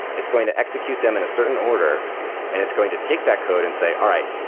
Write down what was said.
it's going to execute them in a certain order and it's going to take that code and say, all right,